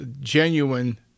genuine